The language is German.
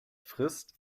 frisst